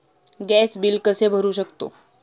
Gas bill कसे भरू शकतो?